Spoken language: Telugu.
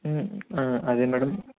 అదే మేడం